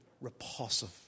repulsive